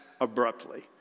abruptly